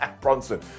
Bronson